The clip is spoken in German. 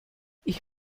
ich